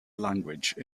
language